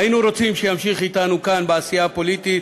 היינו רוצים שימשיך אתנו כאן בעשייה הפוליטית,